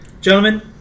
Gentlemen